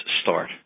start